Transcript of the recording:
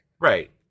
Right